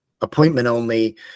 appointment-only